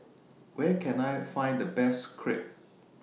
Where Can I Find The Best Crepe